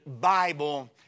Bible